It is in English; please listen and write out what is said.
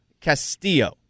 Castillo